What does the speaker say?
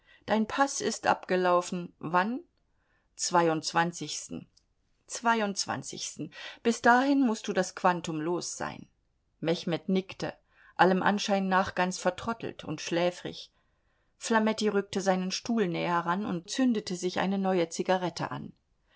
dein paß ist abgelaufen wann zweiundzwanzigsten zweiundzwanzigsten bis dahin mußt du das quantum los sein mechmed nickte allem anschein nach ganz vertrottelt und schläfrig flametti rückte seinen stuhl näher ran und zündete sich eine neue zigarette an